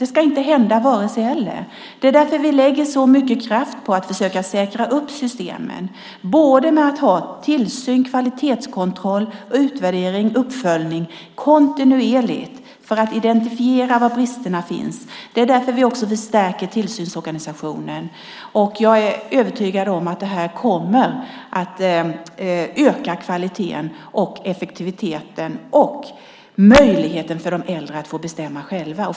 Det ska inte hända någonstans, och det är därför vi lägger så mycket kraft på att försöka säkra systemen med hjälp av kontinuerlig tillsyn och kvalitetskontroll, utvärdering och uppföljning och på så sätt identifiera var bristerna finns. Det är därför vi också stärker tillsynsorganisationen. Jag är övertygad om att detta kommer att öka kvaliteten, effektiviteten och möjligheten för de äldre att få bestämma själva.